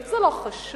זה לא חשוב,